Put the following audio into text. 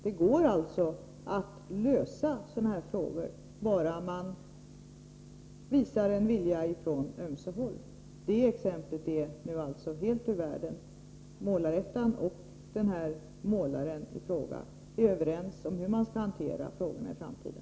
Det går alltså att lösa sådana här frågor, bara man visar en vilja från ömse håll. Det här fallet är alltså nu helt ur världen. Målar-ettan och målaren i fråga är överens om hur man skall hantera dessa problem i framtiden.